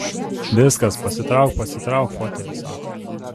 viskas pasitrauk pasitrauk fotelį sako